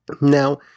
Now